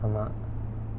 ஆமா:aamaa